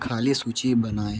खाली सूची बनाऐं